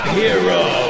hero